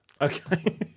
okay